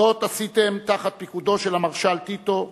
זאת עשיתם תחת פיקודו של המרשל טיטו,